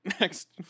next